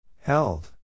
Held